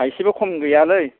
थायसेबो खम गैया लै